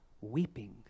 weeping